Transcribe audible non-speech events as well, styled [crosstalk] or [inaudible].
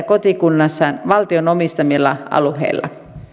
[unintelligible] kotikunnassaan valtion omistamilla alueilla